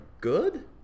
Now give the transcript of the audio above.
good